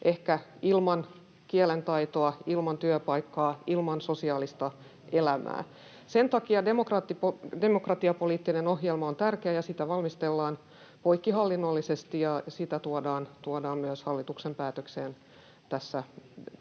ehkä ilman kielen taitoa, ilman työpaikkaa, ilman sosiaalista elämää. Sen takia demokratiapoliittinen ohjelma on tärkeä, ja sitä valmistellaan poikkihallinnollisesti, ja se tuodaan myös hallituksen päätöksentekoon